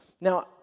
Now